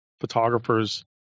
photographers